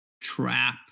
trap